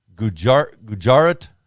Gujarat